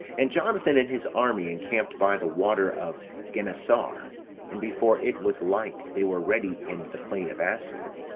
and jonathan and his army encamped by the water of genesar, and before it was light they were ready in the plain of asor.